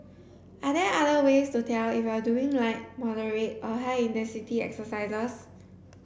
are there other ways to tell if you are doing light moderate or high intensity exercise